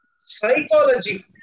Psychology